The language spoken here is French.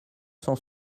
cent